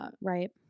Right